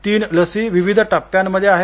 तीन लसी विविध टप्प्यांमध्ये आहेत